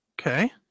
Okay